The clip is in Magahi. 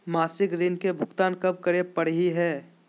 मासिक ऋण के भुगतान कब करै परही हे?